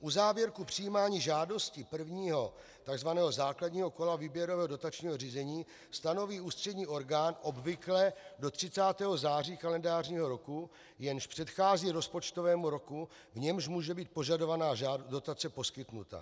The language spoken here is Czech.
Uzávěrku přijímání žádostí prvního, tzv. základního kola výběrového dotačního řízení stanoví ústřední orgán obvykle do 30. září kalendářního roku, jenž předchází rozpočtovému roku, v němž může být požadovaná dotace poskytnuta.